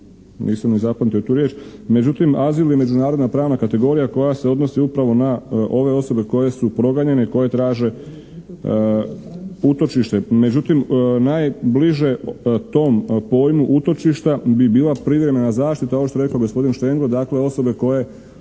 nisam ni zapamtio tu riječ, međutim azil je međunarodna pravna kategorija koja se odnosi upravo na ove osobe koje su proganjanje, koje traže utočište. Međutim, najbliže tom pojmu utočišta bi bila privremena zaštita, ovo što je rekao gospodin Štengl, odakle osobe koje